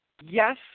yes